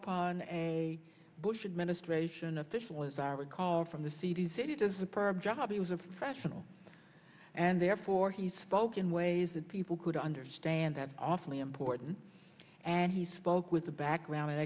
upon a bush administration official as i recall from the c d c does the perp jobbie was a professional and therefore he spoke in ways that people could understand that awfully important and he spoke with the background and